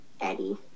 Eddie